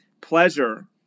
pleasure